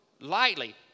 lightly